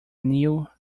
new